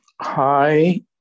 Hi